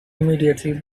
immediately